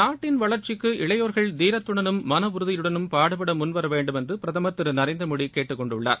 நாட்டின் வளர்ச்சிக்கு இளையோர்கள் தீரத்துடலும் மன உறுதியுடலும் பாடுபட முன்வர வேண்டுமென்று பிரதமர் திரு நரேந்திரமோடி கேட்டுக் கொண்டுள்ளார்